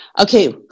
Okay